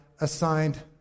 assigned